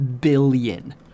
billion